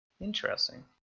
Interesting